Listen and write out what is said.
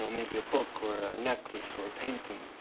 so maybe a book or a necklace or a painting.